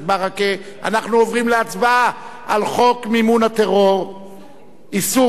אנחנו עוברים להצבעה על חוק איסור מימון הטרור,